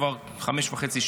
כבר חמש שנים וחצי,